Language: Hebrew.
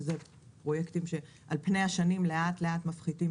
שזה פרויקטים שעל פני השנים לאט לאט מפחיתים